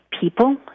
people